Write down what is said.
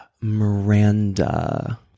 Miranda